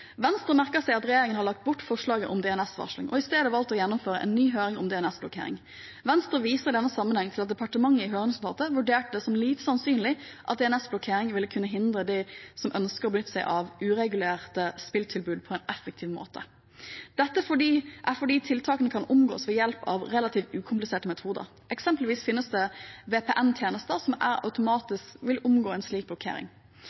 Venstre merker seg at regjeringen har lagt bort forslaget om DNS-varsling og i stedet valgt å gjennomføre en ny høring om DNS-blokkering. Venstre viser i denne sammenhengen til at departementet i høringsnotatet vurderte det som lite sannsynlig at DNS-blokkering vil kunne hindre dem som ønsker å benytte seg av uregulerte spilltilbud, på en effektiv måte. Dette er fordi tiltakene kan omgås ved hjelp av relativt ukompliserte metoder. Eksempelvis finnes det VPN-tjenester som automatisk vil omgå en slik blokkering.